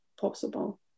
possible